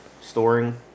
storing